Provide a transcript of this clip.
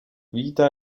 vita